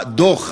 הדוח,